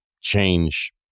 change